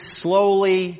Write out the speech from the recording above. slowly